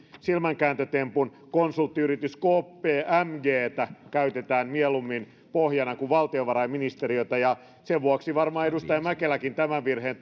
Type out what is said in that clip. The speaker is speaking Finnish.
silmänkääntötempun konsulttiyritys kpmgtä käytetään mieluummin pohjana kuin valtiovarainministeriötä sen vuoksi varmaan edustaja mäkeläkin tämän virheen